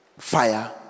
fire